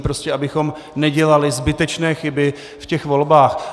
Prostě abychom nedělali zbytečné chyby v těch volbách.